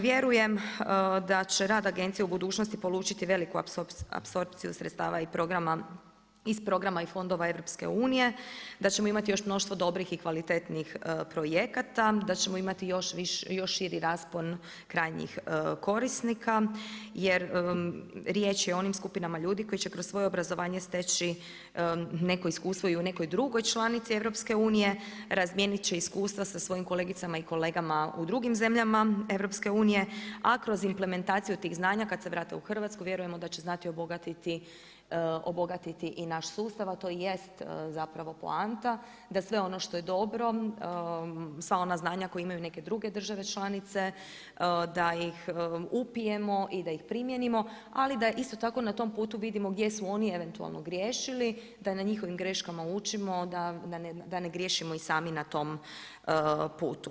Vjerujem da će rad agencije u budućnosti polučiti veliku apsorpciju sredstava iz programa i fondova EU, da ćemo imati još mnoštvo dobrih i kvalitetnih projekata, da ćemo imati još širi raspon krajnjih korisnika jer riječ je o onim skupinama ljudi koji će kroz svoje obrazovanje steći neko iskustvo i u nekoj drugoj članici EU, razmijenit će iskustva sa svojim kolegicama i kolegama u drugim zemljama EU, a kroz implementaciju tih znanja kada se vrate u Hrvatsku vjerujemo da će znati obogatiti i naš sustav, a to jest zapravo poanta da sve ono što je dobro sva ona znanja koja imaju neke druge države članice da ih upijemo i da ih primijenimo, ali da isto tako na tom putu vidimo gdje su oni eventualno griješili, da na njihovim greškama učimo, da ne griješimo i sami na tom putu.